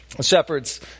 Shepherds